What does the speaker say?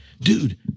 dude